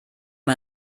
man